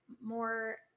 more